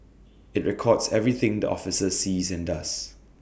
IT records everything the officer sees and does